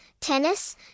tennis